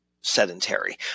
sedentary